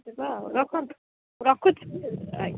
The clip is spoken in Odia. ଯିବା ଆଉ ରଖନ୍ତୁ ରଖୁଛି ଆଜ୍ଞା